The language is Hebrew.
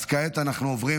עוברים